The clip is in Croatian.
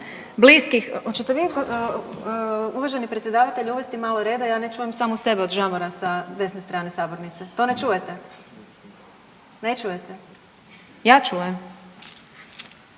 vi uvaženi predsjedavatelju uvesti malo reda ja ne čujem samu sebe od žamora sa desne strane sabornice, to ne čujete, ne čujete, ja čujem.